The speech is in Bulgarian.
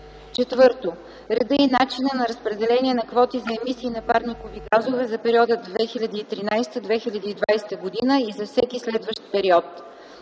газове; 4. реда и начина на разпределение на квоти за емисии на парникови газове за периода 2013-2020 г. и за всеки следващ период;